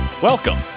Welcome